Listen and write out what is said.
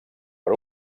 per